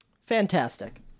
Fantastic